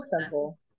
simple